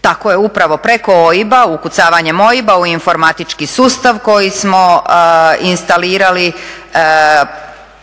Tako je, upravo preko OIB-a, ukucavanjem OIB-a u informatički sustav koji smo instalirali